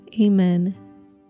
Amen